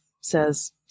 says